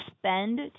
spend